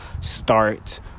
start